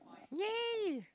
ya